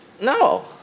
no